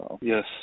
Yes